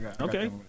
Okay